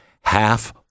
Half